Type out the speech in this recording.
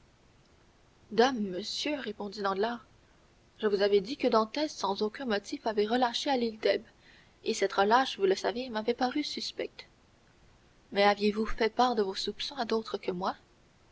monsieur répondit danglars je vous avais dit que dantès sans aucun motif avait relâché à l'île d'elbe et cette relâche vous le savez m'avait paru suspecte mais aviez-vous fait part de vos soupçons à d'autres qu'à moi